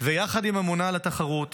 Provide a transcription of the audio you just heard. ויחד עם הממונה על התחרות